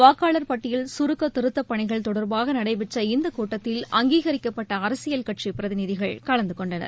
வாக்காளர் பட்டியல் சுருக்கத் திருத்தப் பணிகள் தொடர்பாக நடைபெற்ற இந்தக் கூட்டத்தில் அங்கீகரிக்கப்பட்ட அரசியல் கட்சி பிரதிநிதிகள் கலந்து கொண்டனர்